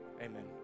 Amen